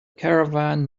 caravan